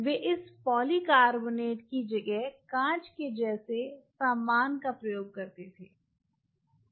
वे इस पॉलीकार्बोनेट की जगह कांच के जैसे सामान का प्रयोग करते थे